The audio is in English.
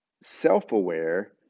self-aware